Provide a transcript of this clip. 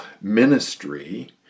ministry